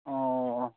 ꯑꯣ ꯑꯣ